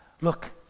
look